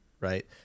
right